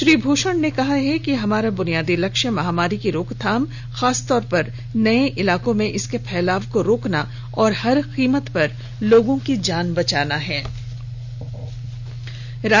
श्री भूषण ने कहा है कि हमारा बुनियादी लक्ष्य महामारी की रोकथाम खास तौर पर नये इलाकों में इसके फैलाव को रोकना और हर कीमत पर लोगों की जान बचाना होना चाहिए